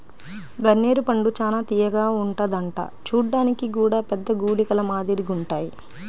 గన్నేరు పండు చానా తియ్యగా ఉంటదంట చూడ్డానికి గూడా పెద్ద గుళికల మాదిరిగుంటాయ్